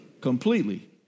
Completely